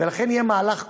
ולכן, יהיה מהלך כולל: